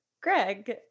Greg